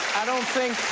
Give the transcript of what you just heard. i don't think